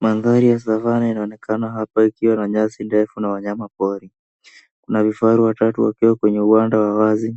Mandhari ya Savana inaonekana hapa ikiwa na nyasi ndefu na wanyamapori. Kuna vifaru watatu wakiwa kwenye uwanda wa wazi